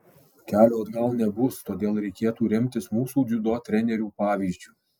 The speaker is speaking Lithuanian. kelio atgal nebus todėl reikėtų remtis mūsų dziudo trenerių pavyzdžiu